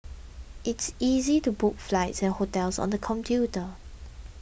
it's easy to book flights and hotels on the computer